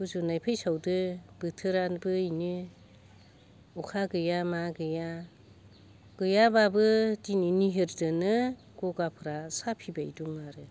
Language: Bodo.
गुजुना फैसावदों बोथोरानो एनो अखा गैया मा गैया गैयाबाबो दिनै गिहिरजोंनो गगाफ्रा साफिबाय दं आरो